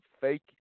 fake